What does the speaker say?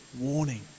warning